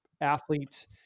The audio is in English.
athletes